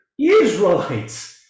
Israelites